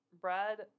Brad